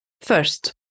First